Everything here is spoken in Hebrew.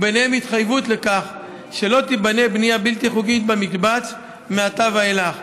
ובהם התחייבות לכך שלא תיבנה בנייה בלתי חוקית במקבץ מעתה ואילך.